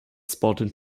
sporting